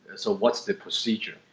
so what's the procedure?